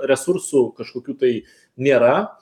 resursų kažkokių tai nėra